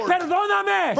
Perdóname